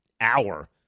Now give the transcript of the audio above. hour